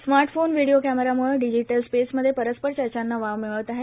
smartphone video कॅमेरामूळं digital स्पेसमध्ये परस्पर चर्चांना वाव मिळत आहे